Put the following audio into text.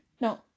No